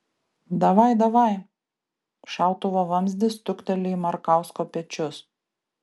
davaj davaj šautuvo vamzdis stukteli į markausko pečius